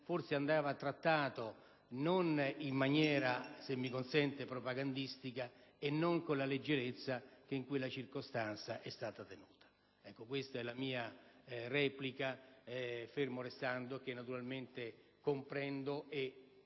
forse non andava trattato in maniera - se mi consente - propagandistica e non con la leggerezza che in quella circostanza è stata evidenziata. Questa è la mia replica, fermo restando che naturalmente comprendo e